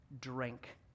drink